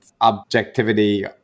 objectivity